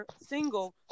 single